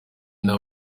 nta